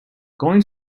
going